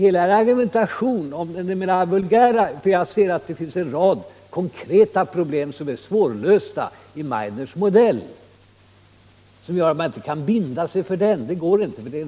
I Meidners modell finns en rad svårlösta problem som gör att man inte kan binda sig för dem — det går inte.